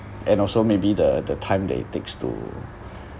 and also maybe the the time that it takes to